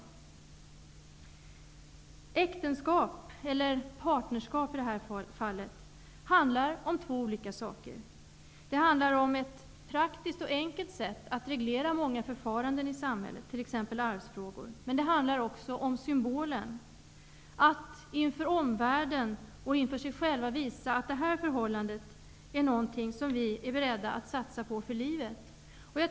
Äktenskap eller i det här fallet partnerskap handlar om två olika saker. Det handlar om ett praktisk och enkelt sätt att reglera många förfaranden i samhället, t.ex. arvsfrågor, men det handlar också om symboler -- att inför omvärlden och inför sig själv visa att det gäller ett förhållande som man är beredd att satsa på för livet.